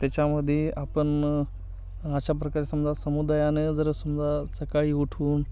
त्याच्यामध्ये आपण अशा प्रकारे समजा समुदायाने जर समजा सकाळी उठून